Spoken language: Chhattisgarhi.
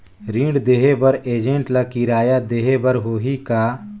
ऋण देहे बर एजेंट ला किराया देही बर होही का?